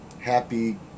Happy